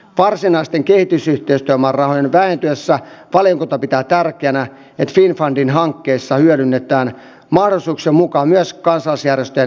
varsinaisten kehitysyhteistyömäärärahojen vähentyessä valiokunta pitää tärkeänä että finnfundin hankkeissa hyödynnetään mahdollisuuksien mukaan myös kansalaisjärjestöjen asiantuntemusta